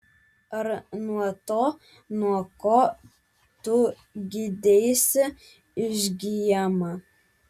ar nuo to nuo ko tu gydeisi išgyjama